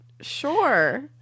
sure